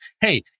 hey